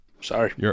Sorry